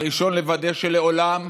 הראשון, לוודא שלעולם,